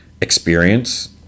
experience